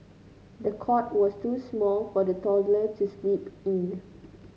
the cot was too small for the toddler to sleep in